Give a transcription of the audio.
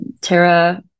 Tara